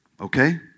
Okay